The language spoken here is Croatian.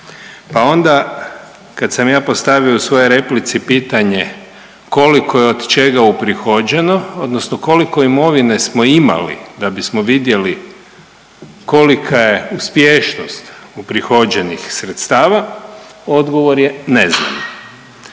Pa onda kad sam ja postavio u svojoj replici pitanje koliko je od čega uprihođeno odnosno koliko imovine smo imali da bismo vidjeli kolika je uspješnost uprihođenih sredstava, odgovor je ne znam.